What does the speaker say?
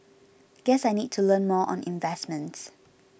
guess I need to learn more on investments